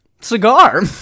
cigar